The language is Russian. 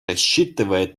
рассчитывает